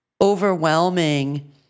overwhelming